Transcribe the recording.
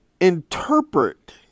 interpret